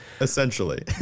Essentially